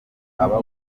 aba